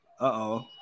Uh-oh